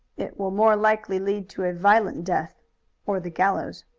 it will more likely lead to a violent death or the gallows.